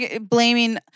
blaming